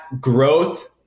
growth